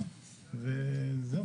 זהו.